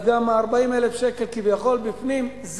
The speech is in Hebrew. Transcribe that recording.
אז גם 40,000 שקל כביכול בפנים.